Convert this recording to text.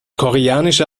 koreanische